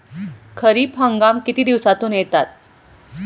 खरीप हंगाम किती दिवसातून येतात?